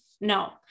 no